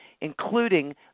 including